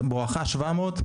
בואכה 700,